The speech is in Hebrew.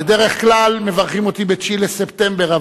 בדרך כלל מברכים אותי ב-9 בספטמבר,